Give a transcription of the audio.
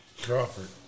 Crawford